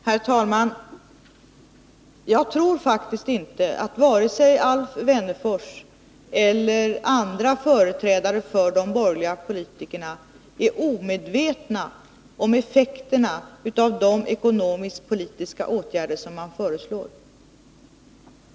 Herr talman! Jag tror faktiskt inte att vare sig Alf Wennerfors eller andra företrädare för de borgerliga politiska partierna är omedvetna om effekterna av de ekonomisk-politiska åtgärder som man föreslår.